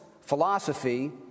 philosophy